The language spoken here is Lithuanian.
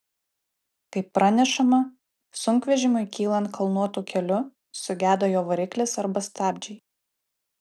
kaip pranešama sunkvežimiui kylant kalnuotu keliu sugedo jo variklis arba stabdžiai